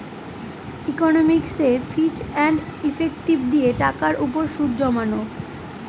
ইকনমিকসে ফিচ and effective দিয়ে টাকার উপর সুদ জমানো